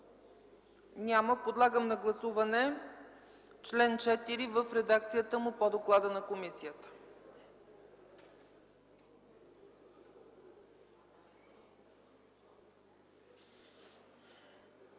Подлагам на гласуване § 9 в редакцията му по доклада на комисията.